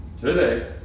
today